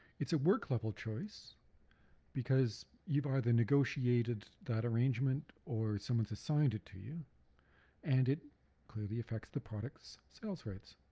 it's a work level choice because you've either negotiated that arrangement or someone's assigned it to you and it clearly affects the product's sales rights.